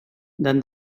then